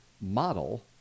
model